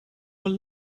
will